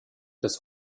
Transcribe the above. des